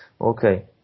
Okay